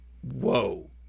whoa